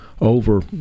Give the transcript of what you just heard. over